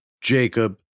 Jacob